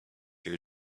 your